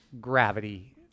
gravity